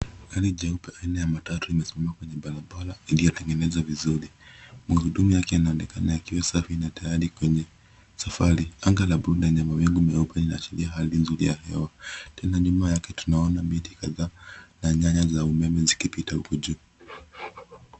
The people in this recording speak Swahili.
Gari jeupe aina ya matatu limesimama kwenye barabara iliyotengenezwa vizuri. Magurudumu yake yanaonekana yakiwa safi na tayari kwenye safari. Anga la buluu lenye mawingu meupe linaashiria hali nzuri ya hewa. Tena nyuma yake tunaona miti kadhaa na nyaya za umeme zikipita huku juu.